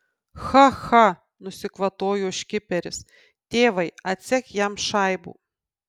cha cha nusikvatojo škiperis tėvai atsek jam šaibų